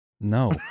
No